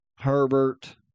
Herbert